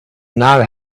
know